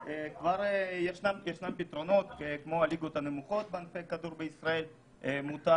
בחלק מהסעיפים יש פתרונות כמו הליגות הנמוכות בענפי כדור בישראל שמותר,